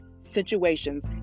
situations